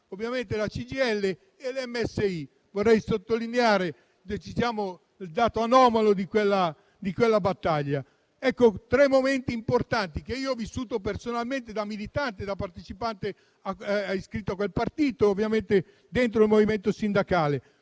Comunista, la CGIL e l'MSI; vorrei sottolineare il dato anomalo di quella battaglia. Sono stati tre momenti importanti, che ho vissuto personalmente da militante e da partecipante iscritto a quel partito, dentro il movimento sindacale.